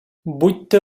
будьте